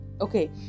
okay